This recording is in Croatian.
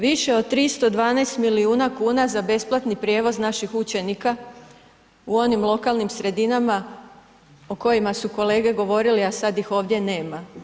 Više od 312 milijuna kuna za besplatni prijevoz naših učenika u onim lokalnim sredinama o kojima su kolege govorili a sad ih ovdje nema.